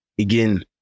Again